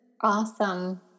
Awesome